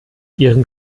ihren